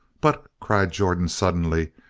but, cried jordan suddenly,